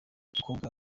umukobwa